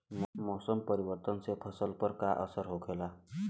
मौसम परिवर्तन से फसल पर का असर होखेला?